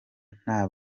nta